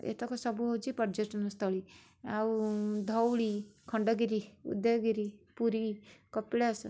ଏତକ ସବୁ ହେଉଛି ପର୍ଯ୍ୟଟନସ୍ଥଳୀ ଆଉ ଧଉଳି ଖଣ୍ଡଗିରି ଉଦୟଗିରି ପୁରୀ କପିଳାଶ